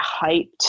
hyped